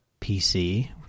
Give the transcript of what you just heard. PC